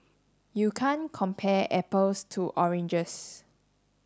you can't compare apples to oranges